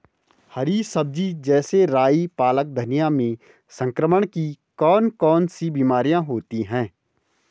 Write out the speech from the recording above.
हरी सब्जी जैसे राई पालक धनिया में संक्रमण की कौन कौन सी बीमारियां होती हैं?